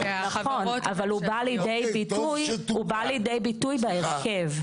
נכון, אבל הוא בא לידי ביטוי בהרכב.